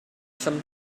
some